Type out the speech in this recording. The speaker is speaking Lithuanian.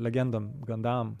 legendom gandam